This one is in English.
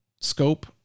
scope